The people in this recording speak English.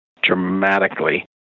dramatically